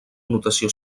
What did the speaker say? notació